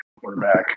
quarterback